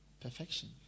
Perfection